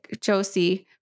Josie